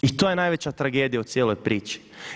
I to je najveća tragedija u cijeloj priči.